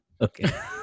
Okay